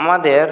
আমাদের